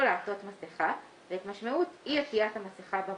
לעטות מסכה ואת משמעות אי-עטיית המסכה במקום."